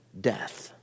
death